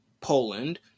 Poland